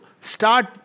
start